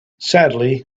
sadly